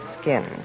skin